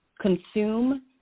consume